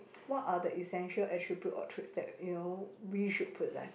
what are the essential attribute or tricks that you know we should possess